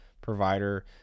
provider